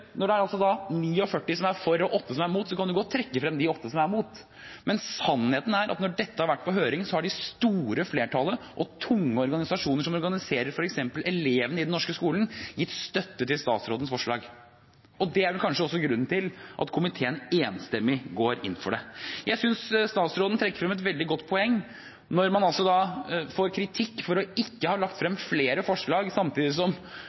Når det er 49 som er for, og åtte som er imot, kan man godt trekke frem de åtte som er imot, men sannheten er at da dette var på høring, ga det store flertallet og tunge organisasjoner som organiserer f.eks. elevene i den norske skolen, støtte til statsrådens forslag. Det er vel kanskje grunnen til at komiteen enstemmig går inn for dette. Jeg synes statsråden trekker frem et veldig godt poeng når man altså får kritikk for ikke å ha lagt frem flere forslag, samtidig som